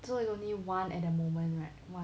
so you only one at the moment right